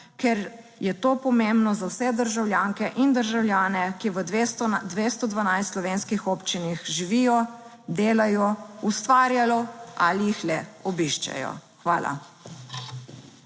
ker je to pomembno za vse državljanke in državljane, ki v 212 slovenskih občinah živijo, delajo, ustvarjajo ali jih le obiščejo. Hvala.